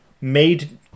made